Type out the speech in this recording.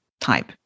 type